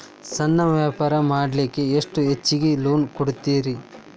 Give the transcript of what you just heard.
ಸಣ್ಣ ವ್ಯಾಪಾರ ಮಾಡ್ಲಿಕ್ಕೆ ಎಷ್ಟು ಹೆಚ್ಚಿಗಿ ಲೋನ್ ಕೊಡುತ್ತೇರಿ?